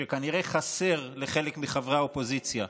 שכנראה חסר לחלק מחברי האופוזיציה: